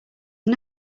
was